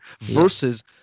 Versus